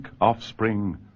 offspring